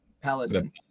Paladin